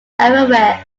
everywhere